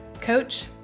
coach